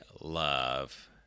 love